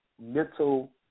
Mental